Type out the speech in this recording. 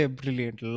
brilliant